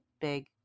big